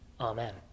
Amen